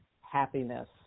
happiness